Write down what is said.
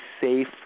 safe